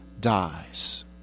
dies